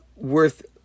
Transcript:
worth